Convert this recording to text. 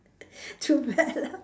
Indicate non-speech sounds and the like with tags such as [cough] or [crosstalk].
[breath] too bad lah